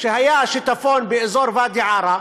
כשהיה שיטפון באזור ואדי-עארה,